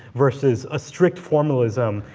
versus a strict formalism,